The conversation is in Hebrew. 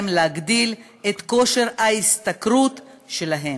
משפט אחרון,